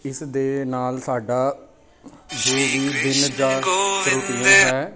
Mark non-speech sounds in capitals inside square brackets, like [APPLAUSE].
ਇਸ ਦੇ ਨਾਲ ਸਾਡਾ [UNINTELLIGIBLE]